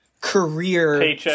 career